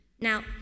Now